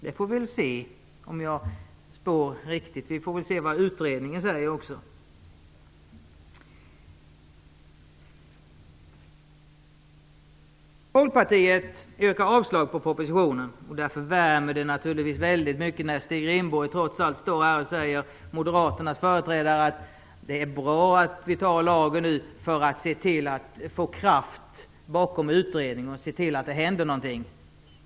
Vi får väl se om jag spår rätt och vad utredningen säger. Folkpartiet yrkar avslag på propositionen. Därför värmer det naturligtvis väldigt mycket när Stig Rindborg som Moderaternas företrädare trots allt står här och säger att det är bra att vi nu fattar beslut om lagen för att se till att få kraft bakom utredningen och se till att det händer någonting.